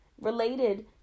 related